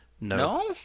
No